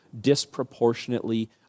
disproportionately